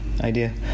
idea